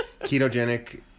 ketogenic